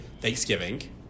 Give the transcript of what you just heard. thanksgiving